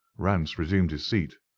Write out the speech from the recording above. rance resumed his seat,